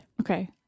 okay